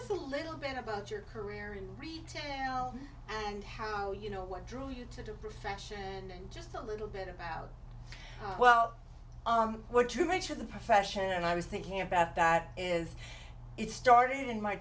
us a little bit about your career in retail and how you know what drew you to the profession and just a little bit about well what you make sure the profession and i was thinking about that is it started in my